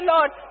Lord